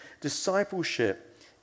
discipleship